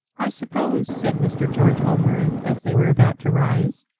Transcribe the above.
i suppose, said mr. george overend as they were about to rise,